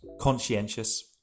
conscientious